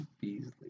Beasley